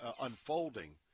unfolding